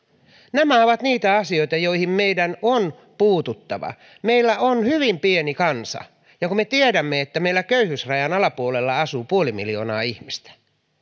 nämä ovat niitä asioita joihin meidän on puututtava meillä on hyvin pieni kansa ja kun me tiedämme että meillä köyhyysrajan alapuolella asuu lähemmäs miljoona ihmistä noin yhdeksänsataatuhatta ihmistä